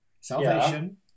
Salvation